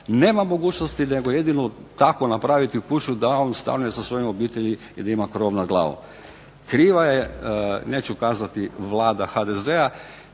nema mogućnosti nego jedino tako napraviti kuću da on stanuje sa svojom obitelji i da ima krov nad glavom. Kriva je neću kazati Vlada HDZ-a.